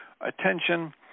attention